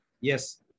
Yes